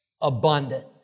abundant